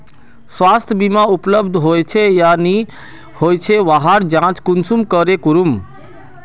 स्वास्थ्य बीमा उपलब्ध होचे या नी होचे वहार जाँच कुंसम करे करूम?